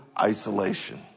isolation